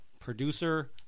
Producer